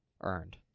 earned